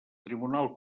tribunal